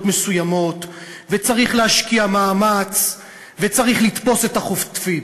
מסוימות וצריך להשקיע מאמץ וצריך לתפוס את החוטפים.